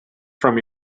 from